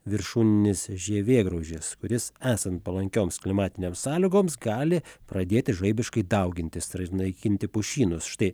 viršūninis žievėgraužis kuris esant palankioms klimatinėms sąlygoms gali pradėti žaibiškai daugintis tai yra naikinti pušynus štai